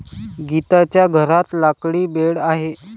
गीताच्या घरात लाकडी बेड आहे